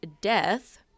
death